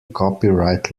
copyright